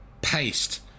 paste